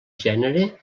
gènere